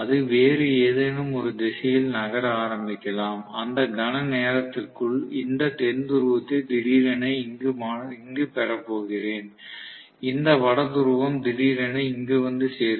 அது வேறு ஏதேனும் ஒரு திசையில் நகர ஆரம்பிக்கலாம் அந்த கண நேரத்திற்குள் இந்த தென் துருவத்தை திடீரென இங்கு பெறப் போகிறேன் இந்த வட துருவம் திடீரென இங்கு வந்து சேரும்